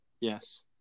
Yes